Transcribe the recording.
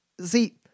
See